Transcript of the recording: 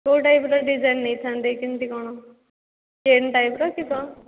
କେଉଁ ଟାଇପ୍ର ଡ଼ିଜାଇନ୍ ନେଇଥାନ୍ତେ କେମିତି କ'ଣ ଚେନ୍ ଟାଇପ୍ର କି କ'ଣ